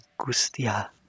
gustia